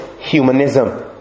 humanism